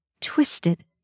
twisted